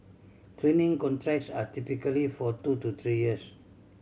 cleaning contracts are typically for two to three years